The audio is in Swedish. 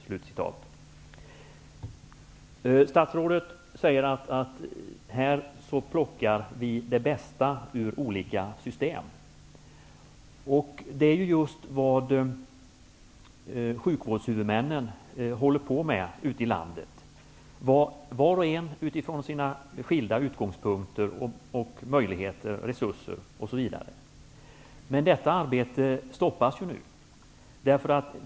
Statsrådet säger att vi här plockar det bästa ur olika system. Det är just vad sjukvårdshuvudmännen håller på med ute i landet, var och en från sina skilda utgångspunkter, möjligheter, resurser osv. Men detta arbete stoppas nu.